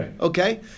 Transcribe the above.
Okay